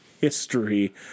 history